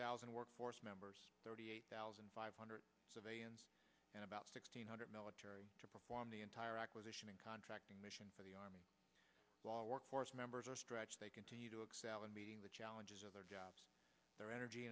thousand workforce members thirty eight thousand five hundred civilians and about six hundred military to perform the entire acquisition in contracting mission for the army work force members are stretched they continue to excel in meeting the challenges of their jobs their energy